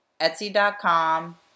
etsy.com